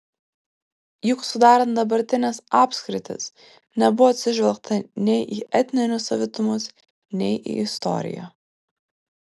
juk sudarant dabartines apskritis nebuvo atsižvelgta nei į etninius savitumus nei į istoriją